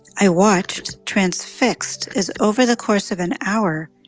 i watched, transfixed, as, over the course of an hour,